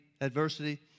adversity